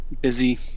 Busy